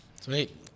Sweet